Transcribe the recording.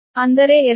ಆದ್ದರಿಂದ 307